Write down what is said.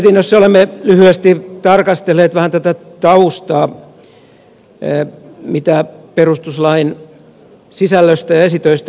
mietinnössä olemme lyhyesti tarkastelleet vähän tätä taustaa mitä perustuslain sisällöstä ja esitöistä ilmenee